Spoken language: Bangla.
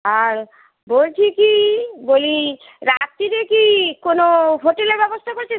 আর বলছি কি বলি রাত্তিরে কি কোনো হোটেলের ব্যবস্থা করেছে